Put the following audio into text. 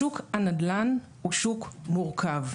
שוק הנדל"ן הוא שוק מורכב,